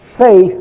faith